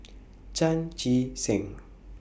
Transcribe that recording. Chan Chee Seng